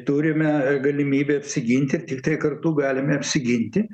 turime galimybę apsiginti tiktai kartu galime apsiginti